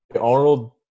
arnold